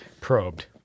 Probed